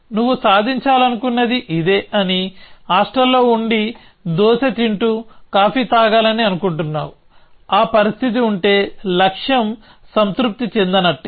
నువ్వు సాధించాలనుకున్నది ఇదే అనీ హాస్టల్లో ఉండి దోసె తింటూ కాఫీ తాగాలని అనుకుంటున్నావు ఆ పరిస్థితి ఉంటే లక్ష్యం సంతృప్తి చెందినట్టే